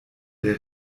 der